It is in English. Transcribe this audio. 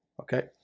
Okay